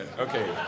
Okay